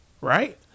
right